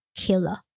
killer 。